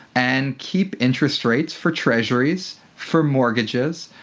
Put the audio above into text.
and keep interest rates for treasuries, for mortgages,